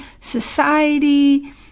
society